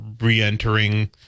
re-entering